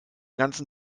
ganzen